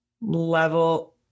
level